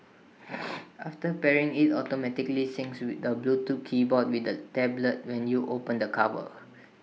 after pairing IT automatically syncs with the Bluetooth keyboard with the tablet when you open the cover